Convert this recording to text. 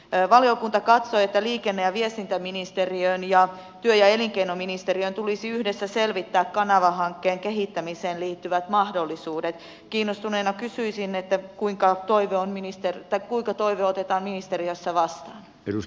työvaliokunta katsoo että liikenne ja viestintäministeriön ja työ ja elinkeinoministeriön tulisi yhdessä selvittää kanavahankkeen kehittämiseen liittyvät mahdollisuudet kiinnostuneena kysyisin että kuinka toivon ministeriyttä kuten toitotetaan ministeriössä vas jys